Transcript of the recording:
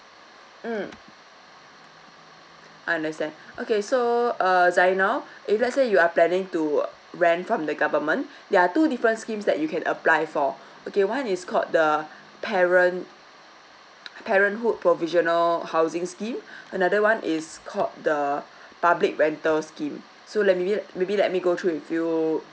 mm understand okay so uh zainal if let's say you are planning to rent from the government there are two different scheme that you can apply for okay one is called the parent parenthood provisional housing scheme another one is called the public rental scheme so let me maybe let me go through with you